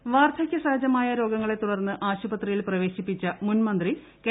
ഗൌരിയമ്മ വാർധക്യ സഹജമായ രോഗങ്ങളെ തുടർന്ന് ആശുപത്രിയിൽ പ്രവേശിപ്പിച്ച മുൻ മന്ത്രി കെ